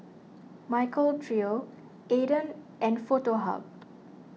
Michael Trio Aden and Foto Hub